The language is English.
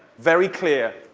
very clear.